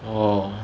orh